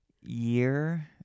year